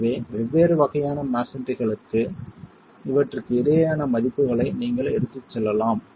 எனவே வெவ்வேறு வகையான மஸோன்றிகளுக்கு இவற்றுக்கு இடையேயான மதிப்புகளை நீங்கள் எடுத்துக்கொள்ளலாம்